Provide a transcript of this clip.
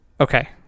Okay